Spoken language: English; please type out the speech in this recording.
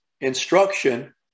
instruction